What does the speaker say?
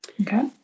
Okay